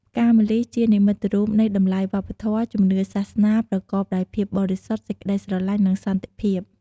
ផ្កាម្លិះ ជានិមិត្តរូបនៃតម្លៃវប្បធម៌ ជំនឿសាសនា ប្រកបដោយភាពបរិសុទ្ធ សេចក្តីស្រឡាញ់ និងសន្តិភាព។